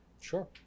sure